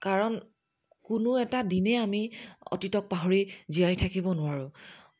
কাৰণ কোনো এটা দিনেই আমি অতীতক পাহৰি জীয়াই থাকিব নোৱাৰোঁ